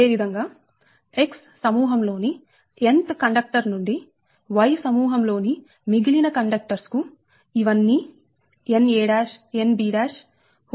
అదే విధంగా X సమూహం లోని nth కండక్టర్ నుండి Y సమూహంలోని మిగిలిన కండక్టర్స్ కు ఇవన్నీ na nb